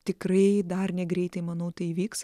tikrai dar negreitai manau tai įvyks